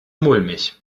mulmig